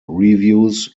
reviews